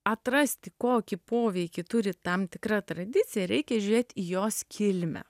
atrasti kokį poveikį turi tam tikra tradicija reikia žiūrėt į jos kilmę